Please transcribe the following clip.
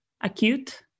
acute